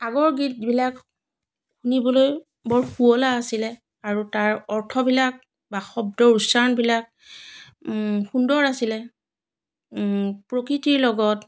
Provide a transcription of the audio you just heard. আগৰ গীতবিলাক শুনিবলৈ বৰ শুৱলা আছিলে আৰু তাৰ অৰ্থবিলাক বা শব্দৰ উচ্চাৰণবিলাক সুন্দৰ আছিলে প্ৰকৃতিৰ লগত